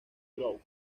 group